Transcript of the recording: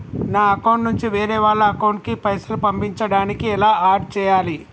నా అకౌంట్ నుంచి వేరే వాళ్ల అకౌంట్ కి పైసలు పంపించడానికి ఎలా ఆడ్ చేయాలి?